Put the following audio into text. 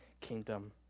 kingdom